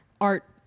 art